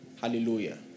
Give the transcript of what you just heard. Hallelujah